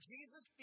Jesus